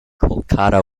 kolkata